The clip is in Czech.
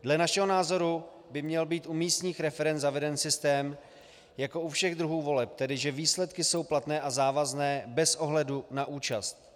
Dle našeho názoru by měl být u místních referend zaveden systém jako u všech druhů voleb, tedy že výsledky jsou platné a závazné bez ohledu na účast.